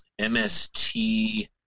MST